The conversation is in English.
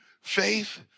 faith